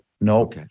no